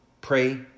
Pray